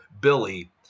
Billy